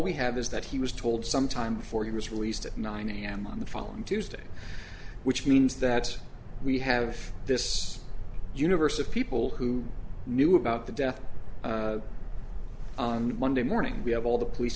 we have is that he was told some time before he was released at nine am on the following tuesday which means that we have this universe of people who knew about the death monday morning we have all the police